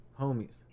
homies